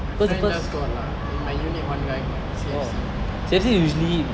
my friend just got lah in my unit one guy got C_F_C